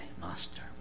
Master